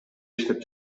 иштеп